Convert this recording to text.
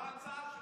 מה ההצעה שלך?